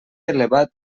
elevat